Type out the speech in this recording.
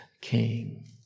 King